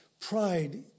Pride